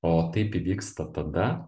o taip įvyksta tada